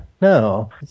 No